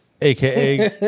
aka